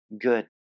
good